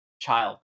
child